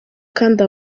kandi